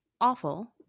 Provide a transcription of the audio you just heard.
awful